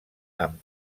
amb